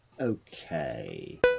Okay